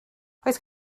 oes